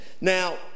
Now